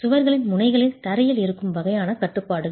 சுவர்களின் முனைகளில் தரையில் இருக்கும் வகையான கட்டுப்பாடுகள்